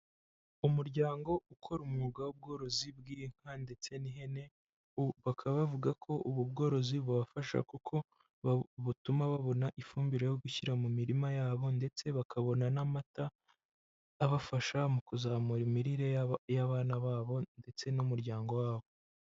Umuryango ukora umwuga w'ubworozi bw'inka ndetse n'ihene, bakaba bavuga ko ubu bworozi bubafasha kuko butuma babona ifumbire yo gushyira mu mirima yabo ndetse bakabona n'amata abafasha mu kuzamura imirire y'abana babo ndetse n'umuryango wabo.